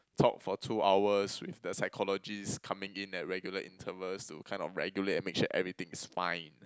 talked for two hours with the psychologist coming in at regular intervals to kind of regulate and make sure everything is fine